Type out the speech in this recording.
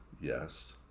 yes